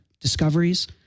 discoveries